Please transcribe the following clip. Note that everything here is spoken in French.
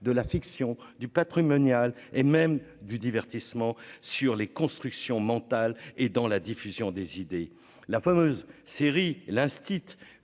de la fiction du patrimonial et même du divertissement sur les constructions mentales et dans la diffusion des idées, la fameuse série L'Instit